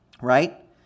right